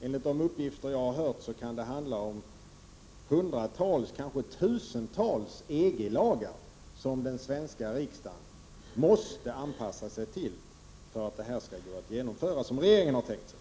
Enligt de uppgifter jag har fått handlar det om hundratals eller kanske tusentals EG lagar som Sverige måste anpassa sig till för att det här skall gå att genomföra så som regeringen har tänkt sig.